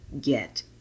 get